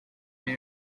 did